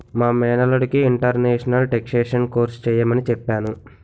మా మేనల్లుడికి international taxation course చెయ్యమని చెప్పాను